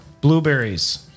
blueberries